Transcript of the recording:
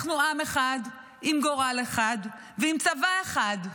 אנחנו עם אחד עם גורל אחד ועם צבא אחד.